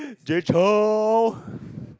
Jay-Chou